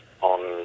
on